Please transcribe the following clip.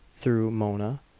through mona,